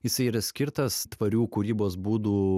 jisai yra skirtas tvarių kūrybos būdų